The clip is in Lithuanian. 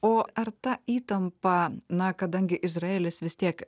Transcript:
o ar ta įtampa na kadangi izraelis vis tiek